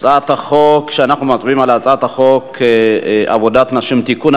הצעת החוק שאנחנו מצביעים עליה היא הצעת חוק עבודת נשים (תיקון,